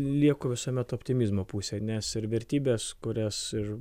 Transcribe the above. lieku visuomet optimizmo pusėj nes ir vertybės kurias ir